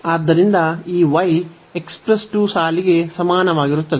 ಆದ್ದರಿಂದ ಈ y x 2 ಸಾಲಿಗೆ ಸಮಾನವಾಗಿರುತ್ತದೆ